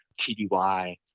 TDY